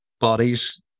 bodies